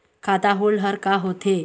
खाता होल्ड हर का होथे?